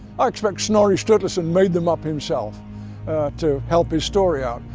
i expect snorri sturluson made them up himself to help his story out.